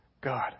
God